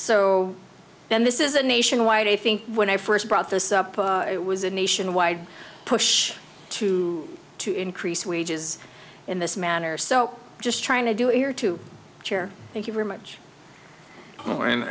so then this is a nationwide i think when i first brought this up it was a nationwide push to to increase wages in this manner so just trying to do it here too thank you very much